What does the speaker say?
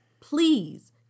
Please